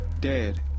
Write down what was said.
dead